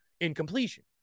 incompletion